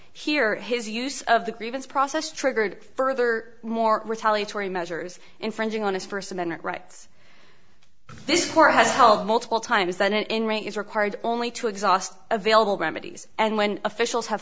here his use of the grievance process triggered further more retaliatory measures infringing on his first amendment rights this court has held multiple times that in writing is required only to exhaust available remedies and when officials have